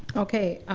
okay,